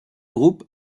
groupe